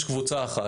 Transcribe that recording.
יש קבוצה אחת,